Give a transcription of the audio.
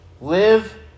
Live